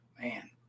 man